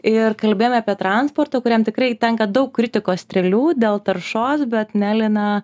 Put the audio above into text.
ir kalbėjome apie transportą kuriam tikrai tenka daug kritikos strėlių dėl taršos bet neli na